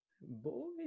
Boy